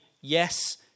yes